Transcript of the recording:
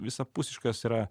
visapusiškas yra